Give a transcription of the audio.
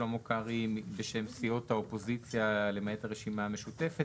שלמה קרעי בשם סיעות האופוזיציה למעט הרשימה המשותפת,